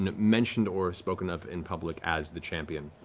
and mentioned or spoken of in public as the champion,